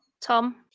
Tom